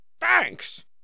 Thanks